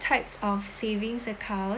types of savings account